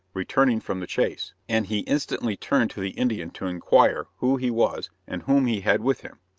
returning from the chase, and he instantly turned to the indian to inquire who he was, and whom he had with him.